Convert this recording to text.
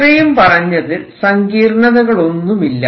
ഇത്രയും പറഞ്ഞതിൽ സങ്കീർണതകളൊന്നുമില്ല